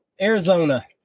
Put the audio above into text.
Arizona